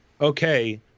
okay